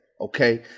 Okay